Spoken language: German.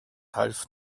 half